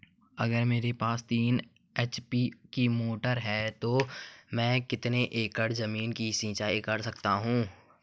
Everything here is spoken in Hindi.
अगर मेरे पास तीन एच.पी की मोटर है तो मैं कितने एकड़ ज़मीन की सिंचाई कर सकता हूँ?